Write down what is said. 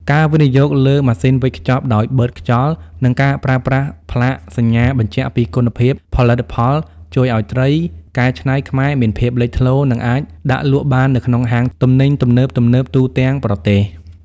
ការវិនិយោគលើម៉ាស៊ីនវេចខ្ចប់ដោយបឺតខ្យល់ និងការប្រើប្រាស់ផ្លាកសញ្ញាបញ្ជាក់ពីគុណភាពផលិតផល ជួយឱ្យត្រីកែច្នៃខ្មែរមានភាពលេចធ្លោ និងអាចដាក់លក់បាននៅក្នុងហាងទំនិញទំនើបៗទូទាំងប្រទេស។